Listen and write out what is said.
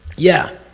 yeah!